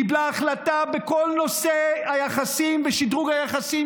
קיבלה החלטה בכל נושא היחסים ושדרוג היחסים